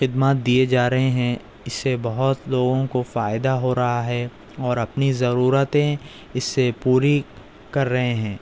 خدمات دیے جا رہے ہیں اس سے بہت لوگوں کو فائدہ ہو رہا ہے اور اپنی ضرورتیں اس سے پوری کر رہے ہیں